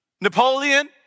Napoleon